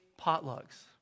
potlucks